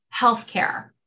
healthcare